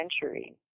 century